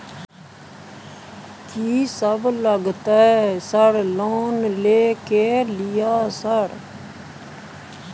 कि सब लगतै सर लोन ले के लिए सर?